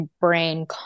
brain